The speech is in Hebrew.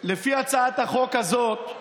לפי הצעת החוק הזאת,